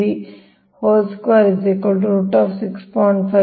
ಆದ್ದರಿಂದ ಈ d1 2